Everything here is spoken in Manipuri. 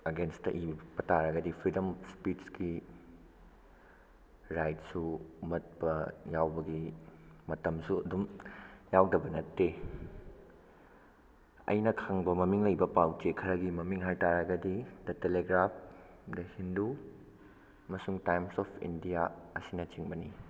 ꯑꯒꯦꯟꯁꯇ ꯏꯕ ꯇꯥꯔꯒꯗꯤ ꯐ꯭ꯔꯤꯗꯝ ꯏꯁꯄꯤꯁꯀꯤ ꯔꯥꯏꯠꯁꯨ ꯃꯠꯄ ꯌꯥꯎꯕꯒꯤ ꯃꯇꯝꯁꯨ ꯑꯗꯨꯝ ꯌꯥꯎꯗꯕ ꯅꯠꯇꯦ ꯑꯩꯅ ꯈꯪꯕ ꯃꯃꯤꯡ ꯂꯩꯕ ꯄꯥꯎ ꯆꯦ ꯈꯔꯒꯤ ꯃꯃꯤꯡ ꯍꯥꯏ ꯇꯥꯔꯒꯗꯤ ꯗ ꯇꯦꯂꯒ꯭ꯔꯥꯐ ꯗ ꯍꯤꯟꯗꯨ ꯑꯃꯁꯨꯡ ꯇꯥꯏꯝꯁ ꯑꯣꯐ ꯏꯟꯗꯤꯌꯥ ꯑꯁꯤꯅꯆꯤꯡꯕꯅꯤ